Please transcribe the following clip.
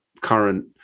current